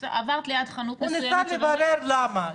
עברת ליד חנות מסוימת --- הוא ניסה לברר למה,